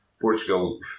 Portugal